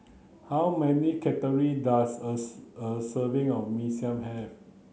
how many calorie does a a serving of Mee Siam have